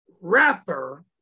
rapper